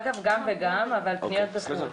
גם וגם, אבל פניות בחו"ל,